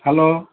hello